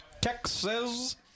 Texas